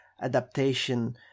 adaptation